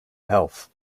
health